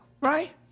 Right